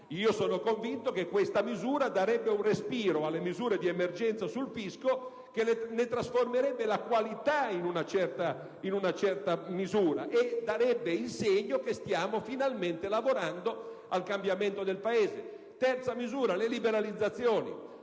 Sono convinto che questa misura darebbe un respiro alle misure di emergenza sul fisco, ne trasformerebbe in modo consistente la qualità e darebbe il segno che stiamo finalmente lavorando al cambiamento del Paese. La terza misura sono le liberalizzazioni: